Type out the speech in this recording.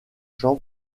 chant